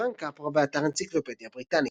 פרנק קפרה, באתר אנציקלופדיה בריטניקה